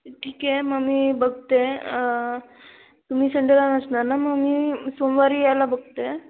ठीक आहे मग मी बघते तुम्ही संडेला नसणार ना मग मी सोमवारी यायला बघते